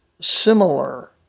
similar